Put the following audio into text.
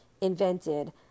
invented